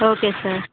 okay sir